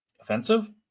offensive